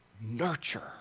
Nurture